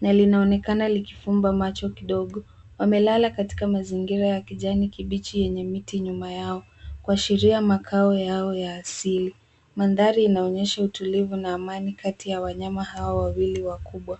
na linaonekana likifumba macho kidogo. Wamelala katika mazingira ya kijani kibichi yenye miti nyuma yao kuashiria makao yao ya asili. Mandhari inaonyesha utulivu na amani kati ya wanyama hao wawili wakubwa.